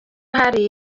hari